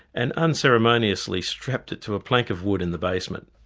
and unceremoniously strapped it to a plank of wood in the basement.